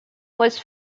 was